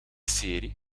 serie